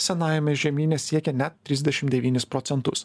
senajame žemyne siekia net trisdešim devynis procentus